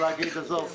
או להגיד עזוב,